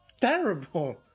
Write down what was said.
terrible